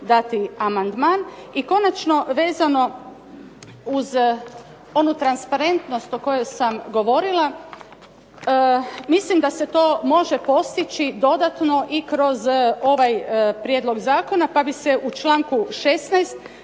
dati amandman. I konačno, vezano uz onu transparentnost o kojoj sam govorila. Mislim da se to može postići dodatno i kroz ovaj prijedlog zakona pa bi se u članku 16.